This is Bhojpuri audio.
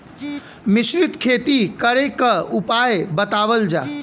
मिश्रित खेती करे क उपाय बतावल जा?